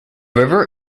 river